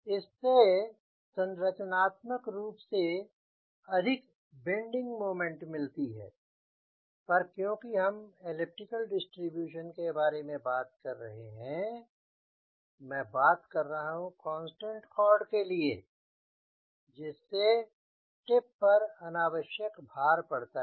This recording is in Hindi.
इससे संरचनात्मक रूप से अधिक बेंडिंग मोमेंट मिलती है पर क्योंकि हम एलिप्टिकल डिस्ट्रीब्यूशन के बारे में बात कर रहे हैं मैं बात करता हूँ कांस्टेंट कॉर्ड के लिए जिससे टिप पर अनावश्यक भार पड़ता है